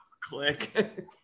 Click